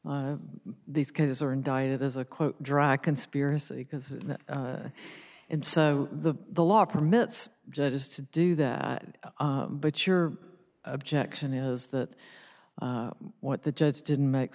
these cases are indicted as a quote drag conspiracy because it and so the the law permits judges to do that but your objection is that what the judge didn't make